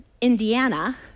Indiana